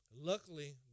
Luckily